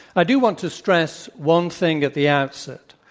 i do want to stress one thing at the outset.